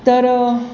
तर